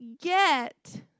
get